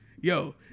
Yo